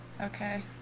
Okay